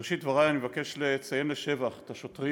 בראשית דברי אני מבקש לציין לשבח את השוטרים